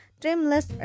dreamless